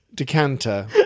Decanter